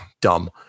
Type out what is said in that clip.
Dumb